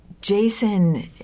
Jason